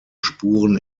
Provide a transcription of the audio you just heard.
spuren